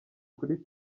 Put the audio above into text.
kuri